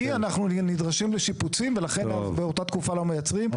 כי אנחנו נדרשים לשיפוצים ובאותה תקופה לא מייצרים,